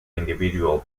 individual